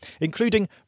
including